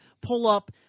pull-up